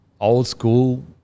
old-school